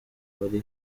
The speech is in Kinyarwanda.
hanze